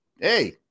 hey